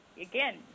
Again